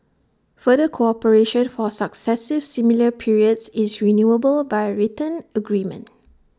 further cooperation for successive similar periods is renewable by written agreement